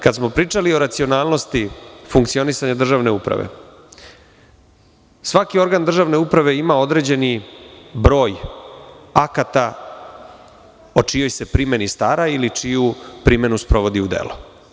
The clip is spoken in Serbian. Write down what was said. Kada smo pričali o racionalnosti funkcionisanja državne uprave, svaki organ državne uprave ima određeni broj akata o čijoj se primeni stara ili čiju primenu sprovodi u delo.